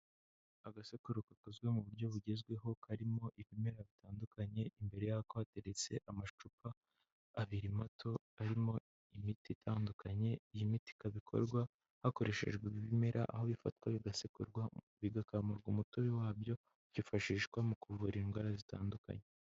Agasekururo gakozwe mu buryo bugezweho, karimo ibimera bitandukanye imbere yako hateretse amacupa abiri mato arimo imiti itandukanye, iyi miti ikaba ikorwa hakoreshejwe ibimera aho bifato bigasekurwa, bigakamurwa umutobe wabyo, byifashishwa mu kuvura indwara zitandukanye.